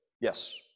Yes